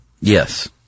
Yes